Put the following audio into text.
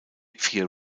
fear